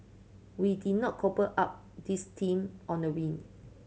we did not cobble up this team on a whim